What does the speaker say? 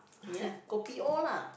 kopi O lah